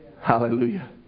Hallelujah